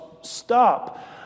stop